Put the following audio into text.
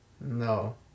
No